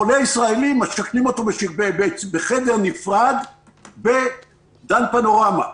חולה ישראלי משכנים אותו בחדר נפרד בדן פנורמה.